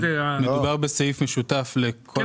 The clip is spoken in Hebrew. מדובר בסעיף משותף לכל הסעיפים.